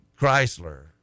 Chrysler